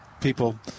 people